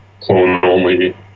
clone-only